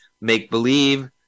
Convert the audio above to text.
make-believe